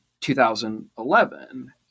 2011